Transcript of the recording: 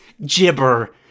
Jibber